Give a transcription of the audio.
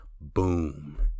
Boom